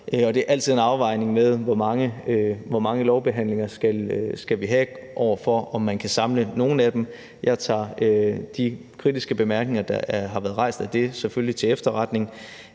det er altid en afvejning af, hvor mange lovbehandlinger vi skal have, over for, om man kan samle nogle af dem. Jeg tager selvfølgelig de kritiske bemærkninger, der har været af det, til efterretning,